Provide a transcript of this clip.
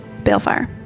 Balefire